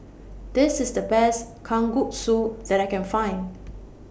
This IS The Best Kalguksu that I Can Find